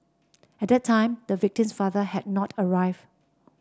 at that time the victim's father had not arrived